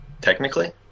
Technically